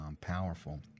powerful